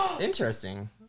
Interesting